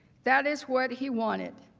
that is what he wanted.